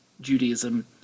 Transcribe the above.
Judaism